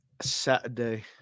Saturday